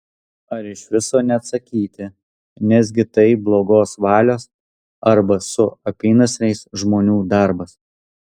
ar iš viso neatsakyti nesgi tai blogos valios arba su apynasriais žmonių darbas